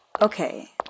Okay